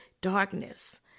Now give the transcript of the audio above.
darkness